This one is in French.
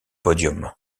podium